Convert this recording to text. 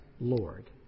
Lord